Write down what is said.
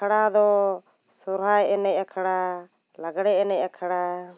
ᱟᱠᱷᱲᱟ ᱠᱚ ᱥᱚᱨᱦᱟᱭ ᱮᱱᱮᱡ ᱟᱠᱷᱲᱟ ᱞᱟᱜᱽᱲᱮ ᱮᱱᱮᱡ ᱟᱠᱷᱲᱟ